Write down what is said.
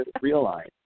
realize